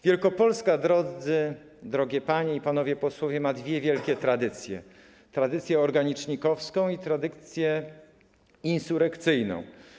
Wielkopolska, drogie panie i panowie posłowie, ma dwie wielkie tradycje: tradycję organicznikowską i tradycję insurekcyjną.